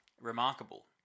Remarkable